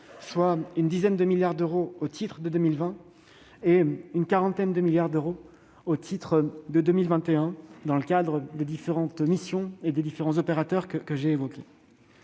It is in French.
une dizaine de milliards d'euros au titre de 2020 et une quarantaine de milliards d'euros au titre de 2021, par le truchement des missions et des opérateurs que j'ai évoqués.